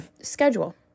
schedule